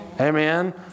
Amen